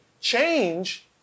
change